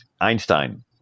Einstein